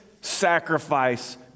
sacrifice